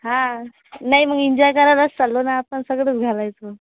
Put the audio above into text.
हां नाही मग एन्जॉय करायलाच चाललो ना आपण सगळंच घालायचं